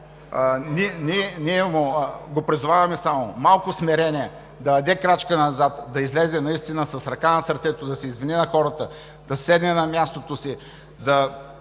Ние го призоваваме: малко смирение и да даде крачка назад, да излезе наистина с ръка на сърцето, да се извини на хората, да седне на мястото си, да